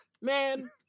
Man